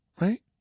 right